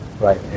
right